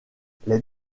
les